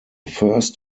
first